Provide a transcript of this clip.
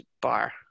bar